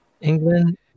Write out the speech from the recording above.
England